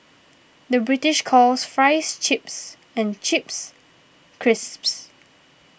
the British calls Fries Chips and Chips Crisps